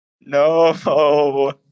No